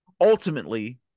Ultimately